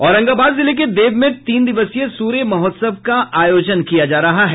औरंगाबाद जिले के देव में तीन दिवसीय सूर्य महोत्सव का आयोजन किया जा रहा है